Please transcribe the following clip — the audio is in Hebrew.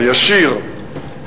הישיר,